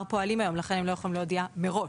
פועלים היום; הם לא יכולים להודיע מראש,